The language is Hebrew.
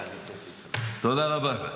תודה רבה.